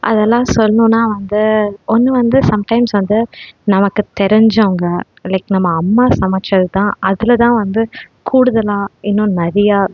அதெல்லாம் சொல்லணுன்னா வந்து ஒன்று வந்து சம் டைம்ஸ் வந்து நமக்குத் தெரிஞ்சவங்க லைக் நம்ம அம்மா சமைச்சது தான் அதில் தான் வந்து கூடுதலாக இன்னும் நிறையா